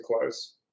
close